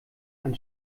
ein